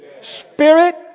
Spirit